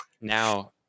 now